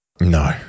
No